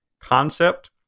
concept